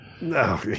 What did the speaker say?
No